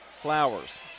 flowers